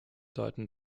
deuten